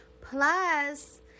Plus